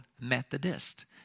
Methodist